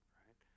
right